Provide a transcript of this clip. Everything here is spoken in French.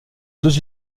deux